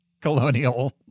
colonial